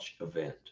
event